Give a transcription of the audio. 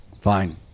fine